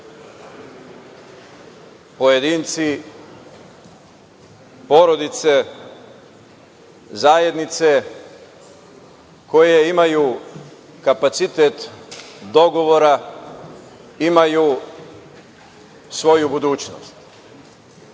pojedinci, porodice, zajednice koje imaju kapacitet dogovora, imaju svoju budućnost. Bošnjačka